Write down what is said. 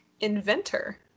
Inventor